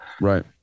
Right